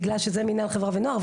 בגלל שזה מנהל חברה ונוער,